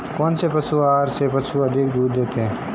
कौनसे पशु आहार से पशु अधिक दूध देते हैं?